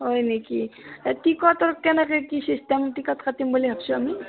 হয় নেকি এই টিকটৰ কেনেকৈ কি ছিষ্টেম টিকট কাটিম বুলি ভাবিছোঁ আমি